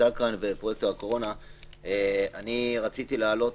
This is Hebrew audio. רציתי להעלות